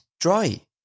Dry